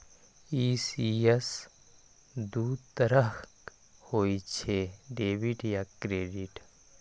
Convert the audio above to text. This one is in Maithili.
ई.सी.एस दू तरहक होइ छै, डेबिट आ क्रेडिट